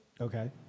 Okay